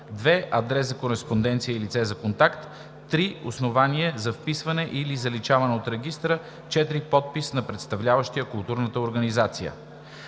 2. адрес за кореспонденция и лице за контакт; 3. основание за вписване или заличаване от регистъра; 4. подпис на представляващия културната организация.